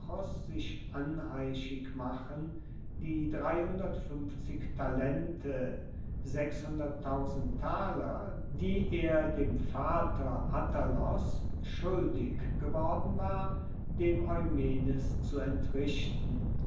sich anheischig machen die talente die er dem vater attalos schuldig geworden war dem eumenes zu entrichten